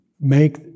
make